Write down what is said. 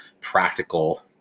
practical